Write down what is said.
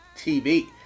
TV